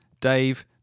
Dave